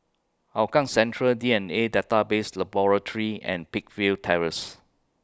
Hougang Central D N A Database Laboratory and Peakville Terrace